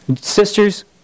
Sisters